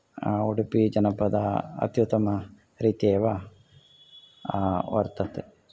उडुपीजनपदम् अत्युत्तमरीत्या एव वर्तते